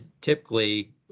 typically